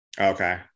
Okay